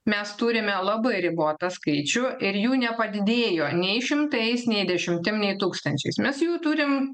mes turime labai ribotą skaičių ir jų nepadidėjo nei šimtais nei dešimtim nei tūkstančiais mes jų turim